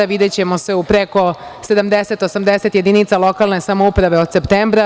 Videćemo se u preko 70, 80 jedinica lokalne samouprave od septembra.